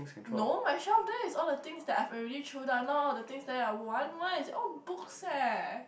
no my shelf there is all the things that I've already throw out not all the things that I want one it's all book eh